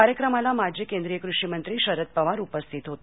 कार्यक्रमाला माजी केंद्रीय कृषी मंत्री शरद पवार उपस्थित होते